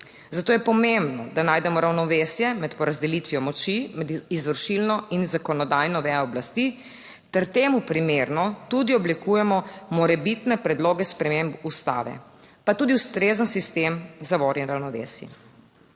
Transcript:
Zato je pomembno, da najdemo ravnovesje med porazdelitvijo moči med izvršilno in zakonodajno vejo oblasti ter temu primerno tudi oblikujemo morebitne predloge sprememb ustave, pa tudi ustrezen sistem zavor in ravnovesij.